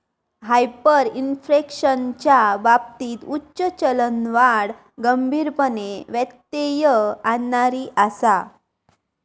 हायपरइन्फ्लेशनच्या बाबतीत उच्च चलनवाढ गंभीरपणे व्यत्यय आणणारी आसा